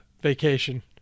vacation